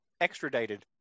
extradited